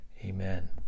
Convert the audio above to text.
Amen